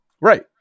right